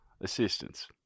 assistance